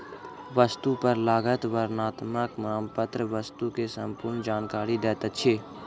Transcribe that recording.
वस्तु पर लागल वर्णनात्मक नामपत्र वस्तु के संपूर्ण जानकारी दैत अछि